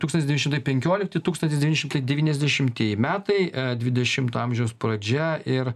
tūkstantis devyni šimtai penkiolikti tūkstantis devyni šimtai devyniasdešimtieji metai dvidešimto amžiaus pradžia ir